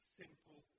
simple